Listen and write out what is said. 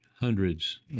hundreds